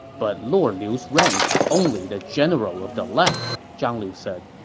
but lord liu's rank is only the general of the left, zhang lu said.